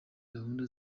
gahunda